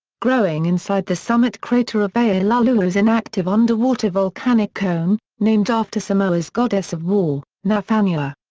growing inside the summit crater of va'ilulu'u is an active underwater volcanic cone, named after samoa's goddess of war, nafanua.